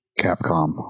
Capcom